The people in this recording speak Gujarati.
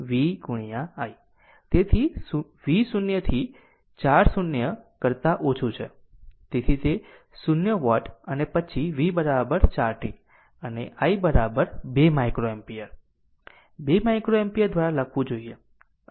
તેથી v 0 થી 4 0 કરતા ઓછું છે તેથી તે 0 વોટ અને પછી v 4 t અને i 2 micro ampere 2 micro ampere દ્વારા લખવું જોઈએ